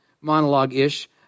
monologue-ish